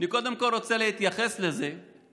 אני קודם כול רוצה להתייחס לצורך